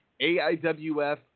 AIWF